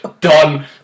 done